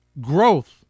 growth